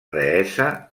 deessa